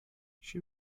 she